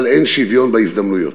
אבל אין שוויון בהזדמנויות.